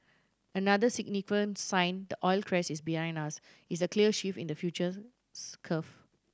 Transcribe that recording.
another significant sign the oil crash is behind us is the clear shift in the futures curve